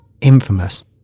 infamous